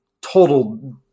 total